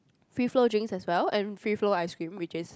free flow drinks as well and free flow ice cream which is